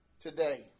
today